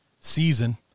season